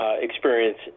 experience